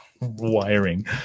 wiring